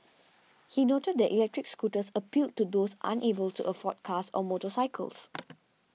he noted that electric scooters appealed to those unable to afford cars or motorcycles